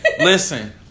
listen